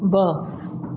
ॿ